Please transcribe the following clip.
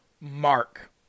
mark